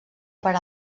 per